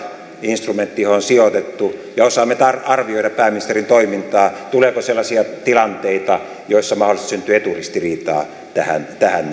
instrumentti johon on sijoitettu ja osaamme arvioida pääministerin toimintaa tuleeko sellaisia tilanteita joissa mahdollisesti syntyy eturistiriitaa tähän nähden